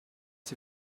sie